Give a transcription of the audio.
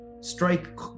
strike